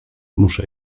muszę